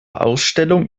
ausstellung